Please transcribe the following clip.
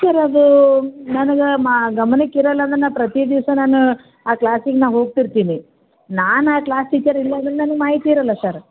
sir ಅದು ನನ್ಗೆ ಮಾ ಗಮನಕ್ಕೆ ಇರೋಲ್ಲ ಅಂದ್ರೆ ನಾ ಪ್ರತೀ ದಿವಸ ನಾನು ಆ ಕ್ಲಾಸಿಗೆ ನಾ ಹೋಗ್ತಿರ್ತೀನಿ ನಾನು ಆ ಕ್ಲಾಸ್ ಟೀಚರ್ ಇಲ್ಲಾಂದರೆ ನನ್ಗೆ ಮಾಹಿತಿ ಇರೋಲ್ಲ ಸರ್